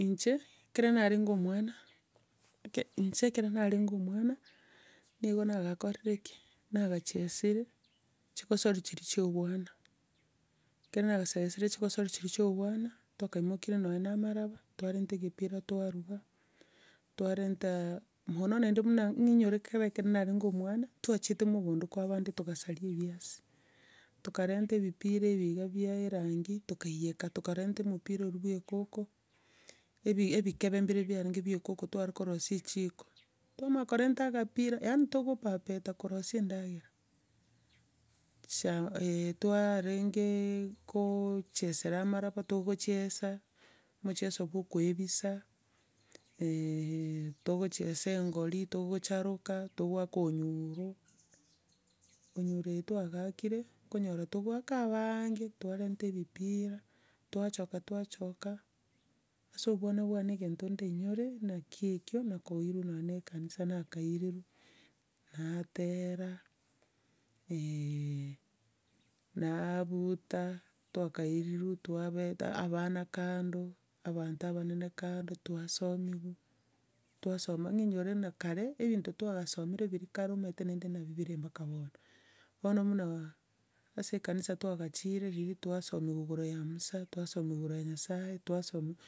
Inche, ekero narenge omwana, ekero inche ekero narenge omwana, nigo nagakorire ki? nagachesire chigosori chiria chia obwana. Ekero nagachesire chigosoria chiria chia obwana twakaimokirie nonya na amaraba twarenta egepira twaruga, twarentaa, mono naende buna ng'inyore kebe ekenene narenge omwana, twachiete mogondo kwa abande togasaria ebiasi. Tokarenta ebipira iga bwa erangi tokaiyeka, tokarenta omopira oria bwa ekoko, ebi- ebikebe bire biarenge bia ekoko tware korosia echiko. Twamanya korenta akapira, yaani togopapeta korosia endagera. Cha twarenge koochesera amaraba, togochiesa, omocheso bwa okoebisa, togochiesa engori, togocharoka, togoaka onyuro. Onyuro eye twagaakire okonyora togoaka abange, twarenta ebipira, twachoka twachoka, ase obwana bwane egento ndainyore, nakio ekio, nakoirwa nonya na ekanisa nakairerwa, natera, naabuta, twakairirwe twabeta abana kando, abanto abanene kando, twasomiwa, twasoma, ng'inyore buna kare, ebinto twagasomire biria kare omanyete naende nabi bire mpaka bono. Bono buna ase ekanisa twagachirie riria twasomiwa igoro ya musa, twasomiwa igoro ya nyasaye, twasomiwa.